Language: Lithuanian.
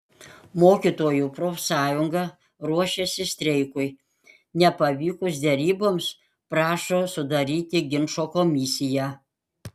mokytojų profsąjunga ruošiasi streikui nepavykus deryboms prašo sudaryti ginčo komisiją